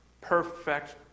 perfect